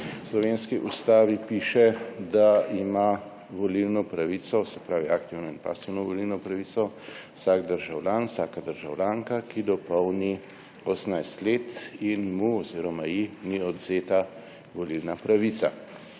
V slovenski ustavi piše, da ima volilno pravico, se pravi aktivno in pasivno volilno pravico, vsak državljan, vsaka državljanka, ki dopolni 18 let in mu oziroma ji ni odvzeta volilna pravica.